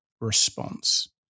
response